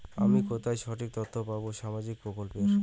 আমি কোথায় সঠিক তথ্য পাবো সামাজিক প্রকল্পের?